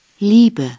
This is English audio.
Liebe